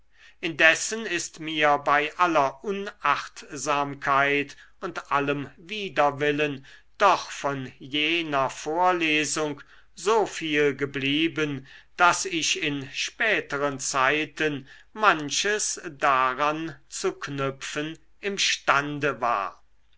indessen ist mir bei aller unachtsamkeit und allem widerwillen doch von jener vorlesung so viel geblieben daß ich in späteren zeiten manches daran zu knüpfen imstande war